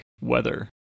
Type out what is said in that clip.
Weather